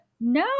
No